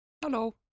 hello